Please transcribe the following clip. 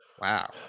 Wow